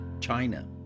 China